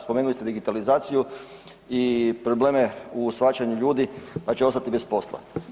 Spomenuli ste digitalizaciju i probleme u shvaćanju ljudi da će ostati bez posla.